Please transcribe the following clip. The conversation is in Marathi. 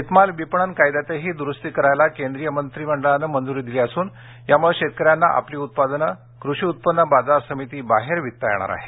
शेतमाल बिपणन कायद्यातही द्रुस्ती करायला केंद्रीय मंत्रिमंडळाने मंजुरी दिली असून यामुले शेतकऱ्यांना आपली उत्पादनं कृषि उत्पन्न बाजार समिती बाहेर विकत येणार आहेत